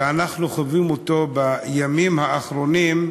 שאנחנו חווים בימים האחרונים,